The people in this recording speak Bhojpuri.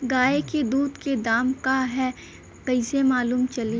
गाय के दूध के दाम का ह कइसे मालूम चली?